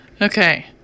okay